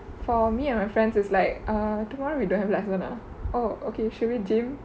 for me and my friends it's like err tomorrow we don't have lesson ah oh okay should we gym